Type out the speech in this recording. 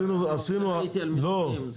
אלקין,